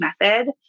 method